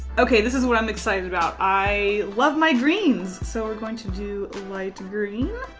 okay, this is what i'm excited about. i love my greens. so we're going to do light green.